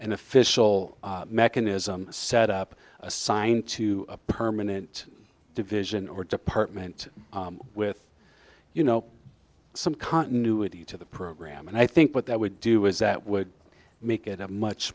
an official mechanism set up assigned to a permanent division or department with you know some continuity to the program and i think what that would do is that would make it a much